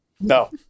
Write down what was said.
No